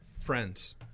Friends